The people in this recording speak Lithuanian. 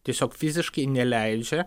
tiesiog fiziškai neleidžia